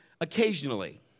occasionally